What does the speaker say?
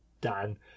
Dan